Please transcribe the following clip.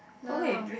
no no no